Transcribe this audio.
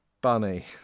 Bunny